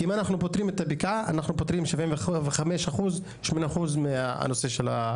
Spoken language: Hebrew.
כי אם אנחנו פותרים את הבקעה אנחנו פותרים 75%-80% מהנושא הזה.